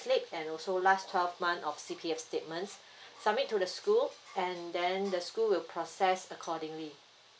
slip and also last twelve month of C P F statements submit to the school and then the school will process accordingly